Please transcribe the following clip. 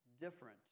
different